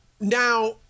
Now